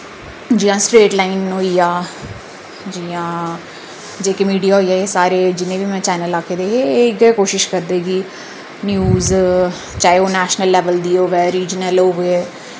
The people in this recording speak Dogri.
जि'यां स्ट्रेटलाइन होई गेआ जि'यां जेके मीडिया होई गेआ एह् सारे जिन्ने बी में चैनल आखै दे हे एह इ'यै कोशिश करदे कि न्यूज चाहे ओ नैशनल लेवल दी होवै रीजनल होवे